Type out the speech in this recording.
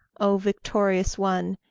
oh! victorious one,